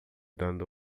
dando